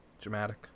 dramatic